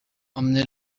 emmenez